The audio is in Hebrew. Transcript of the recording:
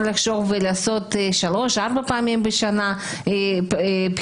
לחשוב לעשות שלוש-ארבע פעמים בשנה בחינות,